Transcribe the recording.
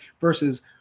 versus –